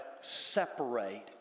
separate